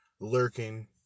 lurking